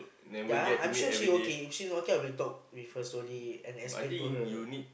ya I'm sure she okay if she not okay I will talk with her slowly and explain to her